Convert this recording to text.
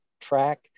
track